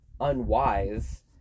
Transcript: unwise